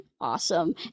Awesome